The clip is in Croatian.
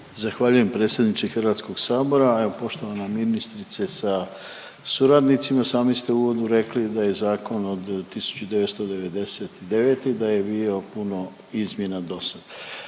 Zahvaljujem predsjedniče HS. Evo poštovana ministrice sa suradnicima, sami ste u uvodu rekli da je zakon od 1999. i da je bilo puno izmjena dosad.